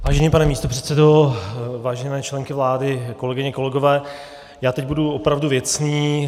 Vážený pane místopředsedo, vážené členky vlády, kolegyně, kolegové, já teď budu opravdu věcný.